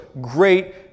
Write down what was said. great